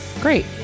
great